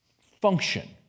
function